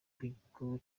kiringo